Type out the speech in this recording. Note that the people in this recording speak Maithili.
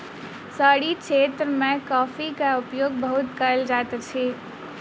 शहरी क्षेत्र मे कॉफ़ीक उपयोग बहुत कयल जाइत अछि